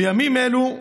בימים אלו,